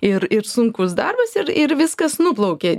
ir ir sunkus darbas ir ir viskas nuplaukė